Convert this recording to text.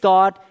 God